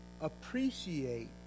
Appreciate